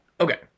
okay